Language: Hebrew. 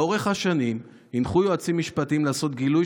לאורך השנים הנחו יועצים משפטיים לעשות גילוי